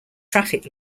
traffic